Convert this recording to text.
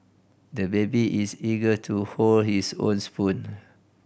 the baby is eager to hold his own spoon